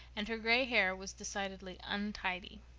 and her gray hair was decidedly untidy.